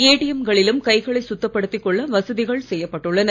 ATM களிலும் கைகளை சுத்தப்படுத்திக் கொள்ள வசதிகள் செய்யப்பட்டுள்ளன